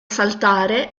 saltare